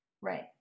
Right